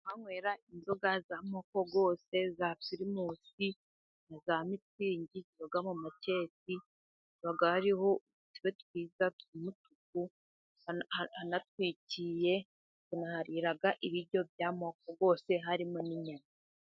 Aho banywera inzoga z'amoko bose, za pirimusi, za mitingi, ziba mu makesi haha hariho udutebe twiza tw'umutuku, hanatwikiye, haba hari ibiryo by'amoko yose, harimo n'inyama.